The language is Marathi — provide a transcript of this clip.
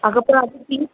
अगं पण आता ती